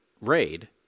RAID